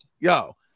Yo